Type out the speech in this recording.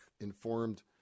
informed